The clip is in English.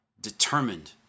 determined